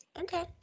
Okay